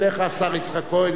סגן השר יצחק כהן,